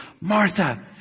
Martha